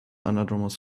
anadromous